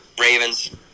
Ravens